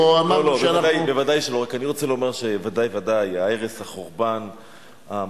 מתכבד להציג את הצעת החוק לעידוד טוהר